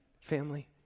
family